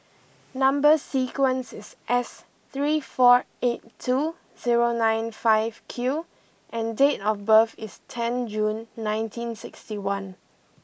number sequence is S three four eight two zero nine five Q and date of birth is ten June nineteen sixty one